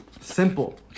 simple